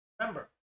remember